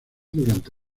durante